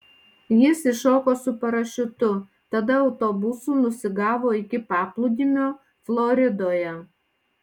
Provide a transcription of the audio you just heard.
jis iššoko su parašiutu tada autobusu nusigavo iki paplūdimio floridoje